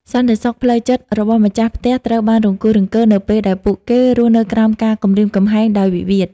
សន្តិសុខផ្លូវចិត្តរបស់ម្ចាស់ផ្ទះត្រូវបានរង្គោះរង្គើ នៅពេលដែលពួកគេរស់នៅក្រោមការគំរាមកំហែងដោយវិវាទ។